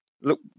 look